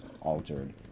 altered